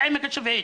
אותו